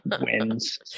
wins